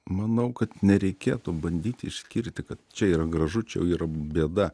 manau kad nereikėtų bandyti išskirti kad čia yra gražu čia jau yra bėda